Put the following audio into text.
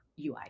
UI